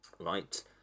right